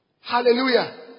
Hallelujah